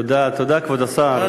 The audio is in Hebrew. תודה, כבוד השר.